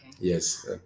Yes